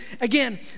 Again